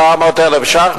400,000 ש"ח.